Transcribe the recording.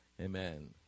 Amen